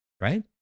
Right